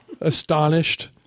astonished